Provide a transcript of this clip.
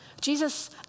Jesus